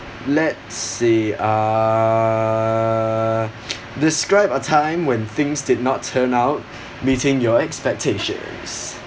let's see uh describe a time when things did not turn out meeting your expectation